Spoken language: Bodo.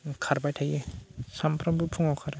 खारबाय थायो सानफ्रोमबो फुङाव खारो